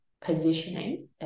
positioning